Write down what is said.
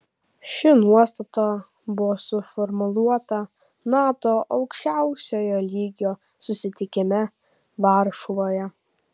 ši nuostata buvo suformuluota nato aukščiausiojo lygio susitikime varšuvoje